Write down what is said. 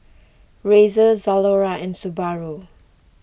Razer Zalora and Subaru